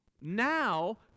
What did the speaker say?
now